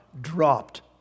dropped